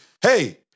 hey